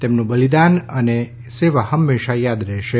તેમનું બલિદાન અને સેવા હંમેશાં યાદ રહેશે